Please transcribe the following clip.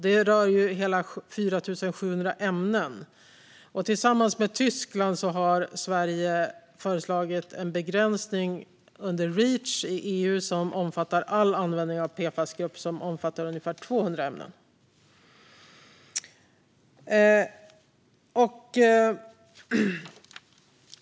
Det rör hela 4 700 ämnen. Tillsammans med Tyskland har Sverige föreslagit en begränsning i EU under Reach, som gäller all användning för en PFAS-grupp som omfattar ungefär 200 ämnen.